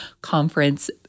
conference